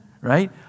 Right